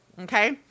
Okay